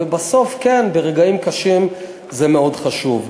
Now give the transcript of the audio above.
ובסוף, כן, ברגעים קשים זה מאוד חשוב.